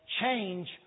Change